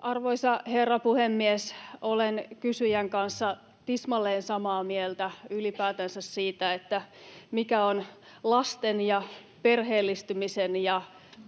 Arvoisa herra puhemies! Olen kysyjän kanssa tismalleen samaa mieltä ylipäätänsä siitä, mikä on lasten ja perheellistymisen ja